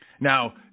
now